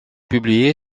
publiée